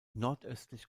nordöstlich